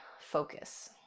focus